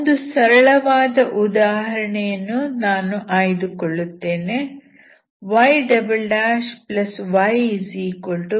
ಒಂದು ಸರಳವಾದ ಉದಾಹರಣೆಯನ್ನು ನಾನು ಆಯ್ದುಕೊಳ್ಳುತ್ತೇನೆ yycosec x